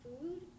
food